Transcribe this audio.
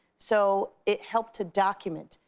so it helped to document.